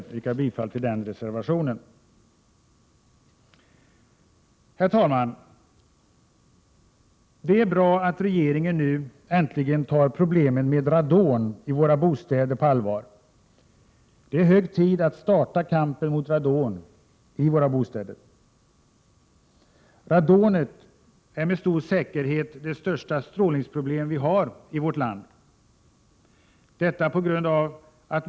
Jag yrkar bifall till den reservationen. Herr talman! Det är bra att regeringen nu äntligen tar problemet med radon i våra bostäder på allvar. Det är hög tid att starta kampen mot radon i våra bostäder. Radonet är med stor säkerhet det största strålningsproblem vi har i vårt land.